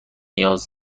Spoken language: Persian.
نیاز